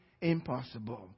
impossible